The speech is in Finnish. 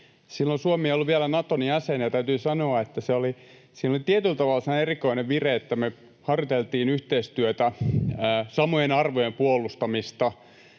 Silloin Suomi ei ollut vielä Naton jäsen, ja täytyy sanoa, että siinä oli tietyllä tavalla sellainen erikoinen vire, että me harjoiteltiin yhteistyötä ja samojen arvojen puolustamista